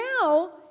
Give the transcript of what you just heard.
now